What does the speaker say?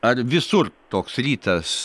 ar visur toks rytas